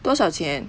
多少钱